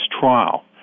trial